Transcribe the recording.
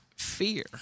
Fear